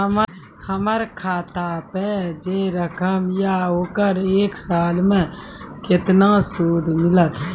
हमर खाता पे जे रकम या ओकर एक साल मे केतना सूद मिलत?